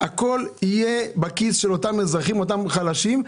הכול יהיה על הכיס של אותם אזרחים חלשים.